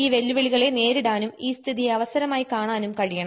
ഈ വെല്ലുവിളികളെ നേരിടാനും ഈ സ്ഥിതിയെ അവസരമായി കാണാനും കഴിയണം